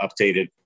updated